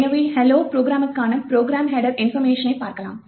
எனவே hello ப்ரோக்ராமுக்கான program header இன்போர்மேஷனைப் பார்க்கலாம்